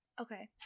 okay